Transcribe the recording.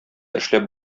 эшләп